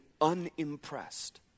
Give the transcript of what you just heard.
unimpressed